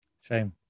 shame